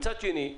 מצד שני,